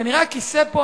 כנראה הכיסא פה,